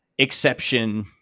exception